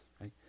right